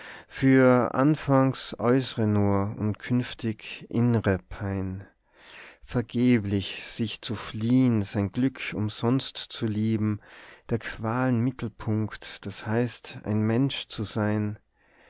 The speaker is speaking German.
für anfangs äußre nur und künftig innre pein vergeblich sich zu fliehn sein glück umsosnt zu lieben der qualen mittelpunkt das heißt ein mensch zu sein